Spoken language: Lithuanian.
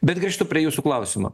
bet grįžtu prie jūsų klausimo